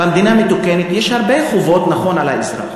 במדינה מתוקנת יש הרבה חובות, נכון, על האזרח,